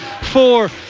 four